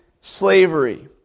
slavery